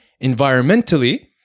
Environmentally